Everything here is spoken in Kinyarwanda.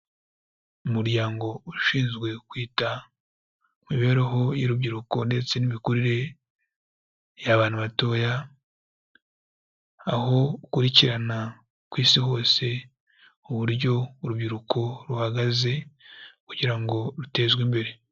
Umuryango ushinzwe kwita mibereho y'urubyiruko ndetse n'imikorere y'abana batoya, aho ukurikirana ku isi hose uburyo urubyiruko ruhagaze kugira ngo rutezwe imbere.